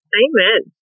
Amen